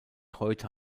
heute